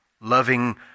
Loving